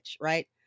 Right